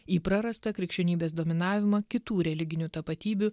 į prarastą krikščionybės dominavimą kitų religinių tapatybių